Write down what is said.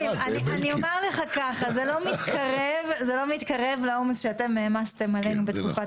אני רק אומר לך שזה לא מתקרב לעומס שאתם העמסתם עלינו בתקופת